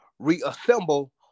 reassemble